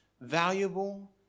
valuable